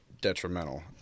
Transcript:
detrimental